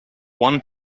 one